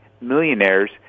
millionaires